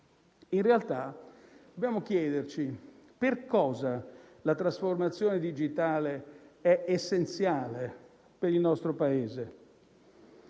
In realtà, dobbiamo chiederci per cosa la trasformazione digitale è essenziale per il nostro Paese.